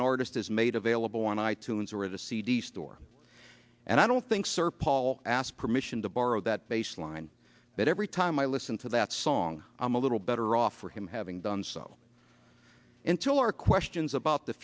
an artist is made available on i tunes or the cd store and i don't think sir paul asked permission to borrow that bass line that every time i listen to that song i'm a little better off for him having done so into our questions about the